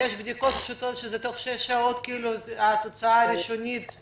ויש בדיקות פשוטות שתוך שש שעות התוצאה הראשונית מגיעה.